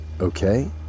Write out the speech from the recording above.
okay